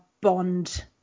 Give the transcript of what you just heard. Bond